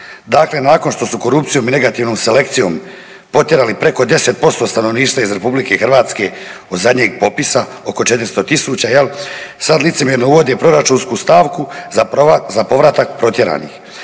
dakle nakon što su korupcijom i negativnom selekcijom potjerali preko 10% stanovništva iz RH od zadnjeg popisa, oko 400.000 jel sad licemjerno uvode proračunsku stavku za povratak protjeranih.